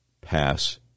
pass